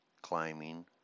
Climbing